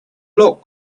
look